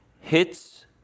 hits